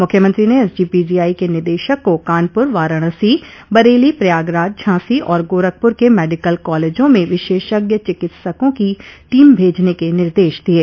मुख्यमंत्री ने एसजीपीजीआई के निदेशक को कानपुर वाराणसी बरेली प्रयागराज झांसी और गोरखपुर के मेडिकल कॉलेजों में विशेषज्ञ चिकित्सकों की टीम भेजने के निदेश दिये